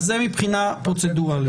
מבחינה פרוצדוראלית.